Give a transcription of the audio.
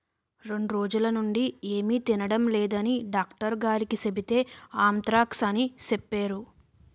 రెండ్రోజులనుండీ ఏమి తినడం లేదని డాక్టరుగారికి సెబితే ఆంత్రాక్స్ అని సెప్పేరు